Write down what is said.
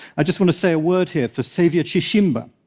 i just want to say a word here for saviour chishimba,